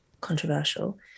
controversial